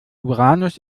uranus